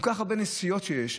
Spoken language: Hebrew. כל כך הרבה נסיעות שיש,